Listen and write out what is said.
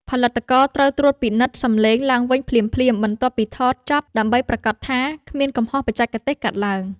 ផលិតករត្រូវត្រួតពិនិត្យសំឡេងឡើងវិញភ្លាមៗបន្ទាប់ពីថតចប់ដើម្បីប្រាកដថាគ្មានកំហុសបច្ចេកទេសកើតឡើង។